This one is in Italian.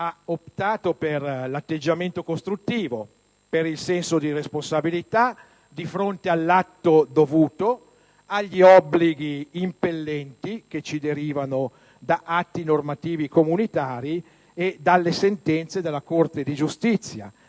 ha optato per l'atteggiamento costruttivo, per il senso di responsabilità di fronte all'atto dovuto, agli obblighi impellenti che ci derivano da atti normativi comunitari e dalle sentenze della Corte di giustizia,